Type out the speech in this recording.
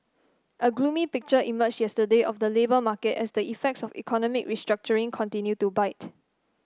a gloomy picture emerged yesterday of the labour market as the effects of economic restructuring continue to bite